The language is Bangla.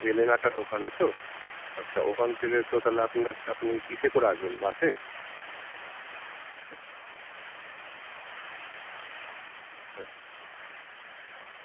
বেলেঘাটার ওখানে তো আচ্ছা ওখান থেকে তো তাহলে আপনার আপনি কীসে করে আসবেন বাসে